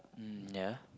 mm ya